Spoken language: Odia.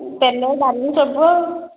ତେଲ ଡାଲି ସବୁ ଆଉ